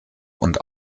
und